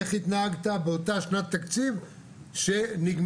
איך התנהגת באותה שנת תקציב שנגמרה.